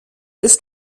ist